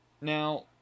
Now